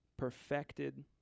perfected